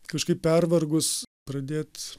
kažkaip pervargus pradėt